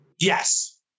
Yes